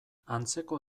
antzeko